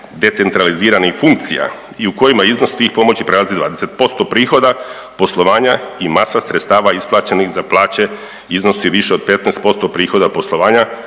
decentraliziranih funkcija i u kojima iznos tih pomoći prelazi 20% prihoda poslovanja i masa sredstava isplaćenih za plaće iznosi više od 15% prihoda poslovanja